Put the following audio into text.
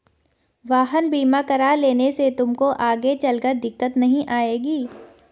वाहन बीमा करा लेने से तुमको आगे चलकर दिक्कत नहीं आएगी